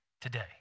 today